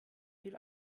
viel